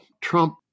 Trump